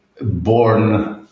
born